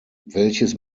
welches